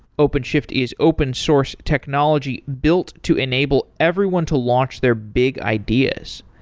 openshift is open source technology built to enable everyone to launch their big ideas.